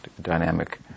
dynamic